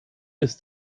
ist